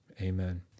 Amen